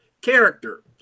character